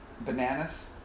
Bananas